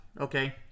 Okay